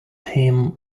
him